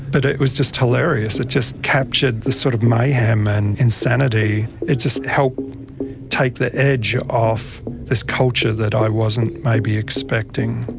but it was just hilarious, it just captured this sort of mayhem and insanity. it just helped take the edge off this culture that i wasn't maybe expecting.